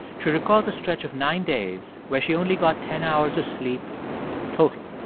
she recalls a stretch of nine days where she only got ten hours of sleep total.